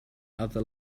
other